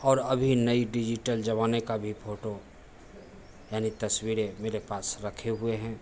और अभी नई डिजिटल ज़माने का भी फ़ोटो मैंने तस्वीरें मेरा पास रखी हुई हैं